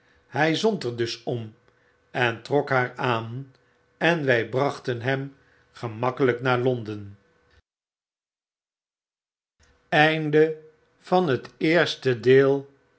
hy zond er dus ora en trok haar aan en wy brachten hem gemakkelijk naar londen